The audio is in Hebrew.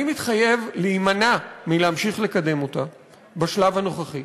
אני מתחייב להימנע מלהמשיך לקדם אותה בשלב הנוכחי,